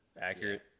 accurate